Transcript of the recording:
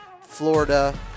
Florida